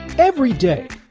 every day,